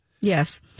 Yes